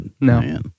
No